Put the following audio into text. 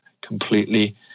completely